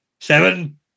seven